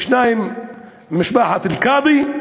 ושניים ממשפחת אלקאבי,